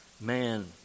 man